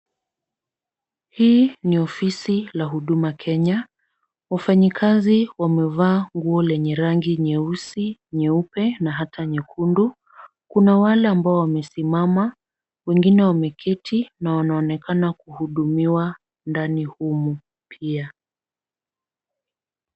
Hii ni ofisi la huduma Kenya, wafanye kazi wamevaa nguo lenye rangi nyeusi, nyeupe na hata nyekundu, kuna wale ambao wamesimama, wengine wameketi na wanaonekana kuhudumiwa ndani humu pia.